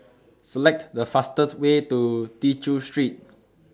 Select The fastest Way to Tew Chew Street